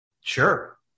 Sure